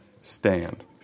stand